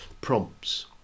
prompts